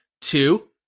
Two